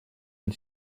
над